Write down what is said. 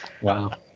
wow